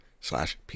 slash